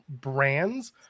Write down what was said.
brands